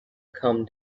come